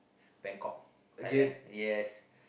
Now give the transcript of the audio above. Bangkok Thailand yes